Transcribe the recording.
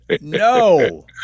No